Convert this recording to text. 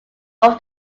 over